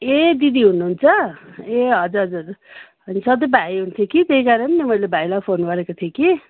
ए दिदी हुनुहुन्छ ए हजुर हजुर अनि सधैँ भाइ हुन्थे कि त्यही कारण मैले भाइलाई फोन गरेको थिएँ कि